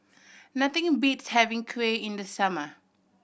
nothing beats having kuih in the summer